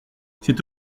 c’est